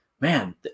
man